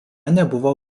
nebuvo